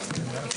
11:52.